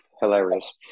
Hilarious